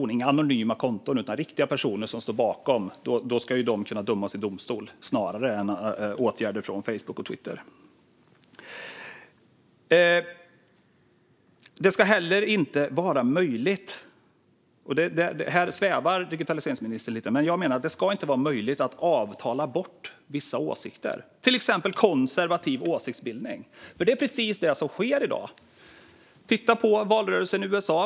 Det ska alltså inte gälla anonyma konton, utan det ska vara riktiga personer som står bakom. Då ska de kunna dömas i domstol snarare än bli föremål för åtgärder från Facebook och Twitter. Jag menar också att det inte ska vara möjligt att avtala bort vissa åsikter. Här svävar digitaliseringsministern lite. Ett exempel är konservativ åsiktsbildning. Där är det ju precis detta som sker i dag. Se på valrörelsen i USA!